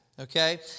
Okay